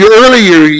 earlier